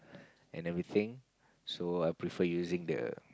and everything so I prefer using the